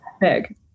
big